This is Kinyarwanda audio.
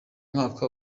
mwaka